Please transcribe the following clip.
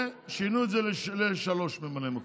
ושינו את זה לשלושה ממלאי מקום.